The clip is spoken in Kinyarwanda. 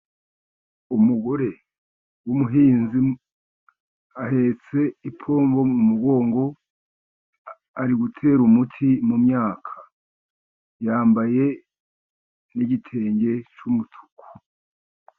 Umugore w'umuhinzi ahetse ipombo mu mugongo, ari gutera umuti mu myaka, yambaye n'igitenge cy'umutuku.